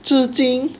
纸巾